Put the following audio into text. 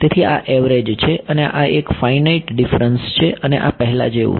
તેથી આ એવરેજ છે અને આ એક ફાઈનાઈટ ડીફરન્સ છે અને આ પહેલા જેવો છે